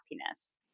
happiness